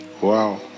Wow